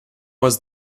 was